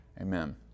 amen